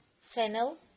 fennel